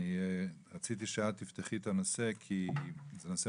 רציתי שאת תפתחי את הנושא בגלל שזה נושא